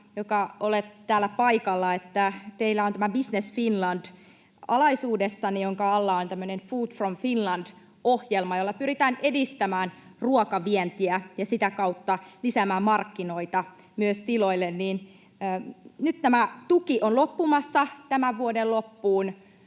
kun olette täällä paikalla ja kun teillä on alaisuudessanne tämä Business Finland, jonka alla on tämmöinen Food from Finland -ohjelma, jolla pyritään edistämään ruokavientiä ja sitä kautta lisäämään markkinoita myös tiloille, ja nyt tämä tuki on loppumassa tämän vuoden loppuun: